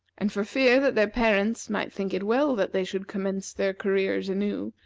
and for fear that their parents might think it well that they should commence their careers anew,